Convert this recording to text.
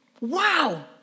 Wow